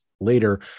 later